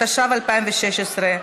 התשע"ו 2016,